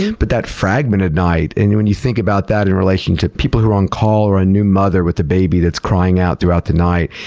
but that fragmented night, and when you think about that in relation to people who are on call, or a new mother with a baby that's crying out throughout the night,